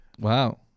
Wow